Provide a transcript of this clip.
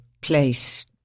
place